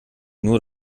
nur